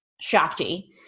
Shakti